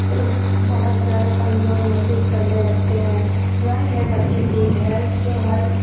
بہت زیادہ کمزور محسوس کرنے لگتے ہیں ڈرائنگ ایک اچھی چیز ہے جو ہر